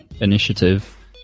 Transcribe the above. initiative